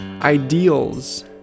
ideals